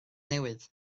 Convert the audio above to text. newydd